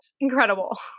incredible